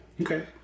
Okay